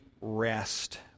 rest